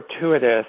fortuitous